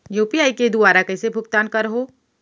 UPI के दुवारा कइसे भुगतान करहों?